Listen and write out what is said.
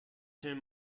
him